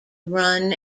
run